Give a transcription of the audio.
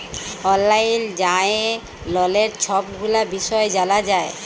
অললাইল যাঁয়ে ললের ছব গুলা বিষয় জালা যায়